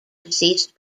deceased